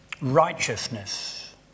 righteousness